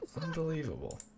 unbelievable